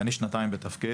אני שנתיים בתפקיד.